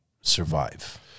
survive